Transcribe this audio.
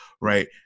right